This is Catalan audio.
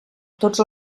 tots